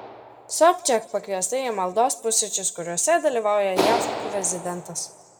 sobčiak pakviesta į maldos pusryčius kuriuose dalyvauja jav prezidentas